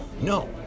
No